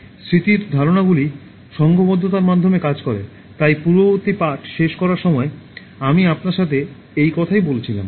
স্মৃতির ধারণাগুলি সংঘবদ্ধতার মাধ্যমে কাজ করে তাই পূর্ববর্তী পাঠ শেষ করার সময় আমি আপনার সাথে এই কথাই বলেছিলাম